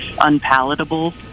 unpalatable